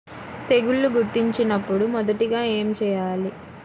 తెగుళ్లు గుర్తించినపుడు మొదటిగా ఏమి చేయాలి?